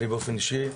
ואני באופן אישי,